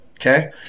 Okay